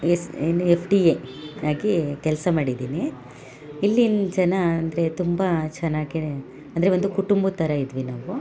S ಏನು F D A ಆಗಿ ಕೆಲಸ ಮಾಡಿದ್ದೀನಿ ಇಲ್ಲಿನ ಜನ ಅಂದರೆ ತುಂಬ ಚೆನ್ನಾಗಿ ಅಂದರೆ ಒಂದು ಕುಟುಂಬದ ಥರ ಇದ್ವಿ ನಾವು